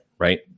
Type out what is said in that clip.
right